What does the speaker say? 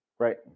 Right